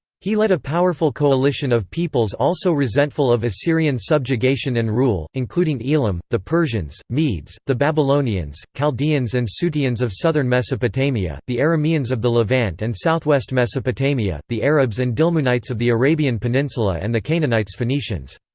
he led a powerful coalition of peoples also resentful of assyrian subjugation and rule, including elam, the persians, medes, the babylonians, chaldeans and suteans of southern mesopotamia, the arameans of the levant and southwest mesopotamia, the arabs and dilmunites of the arabian peninsula and the canaanites-phoenicians.